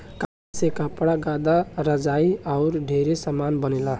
कपास से कपड़ा, गद्दा, रजाई आउर ढेरे समान बनेला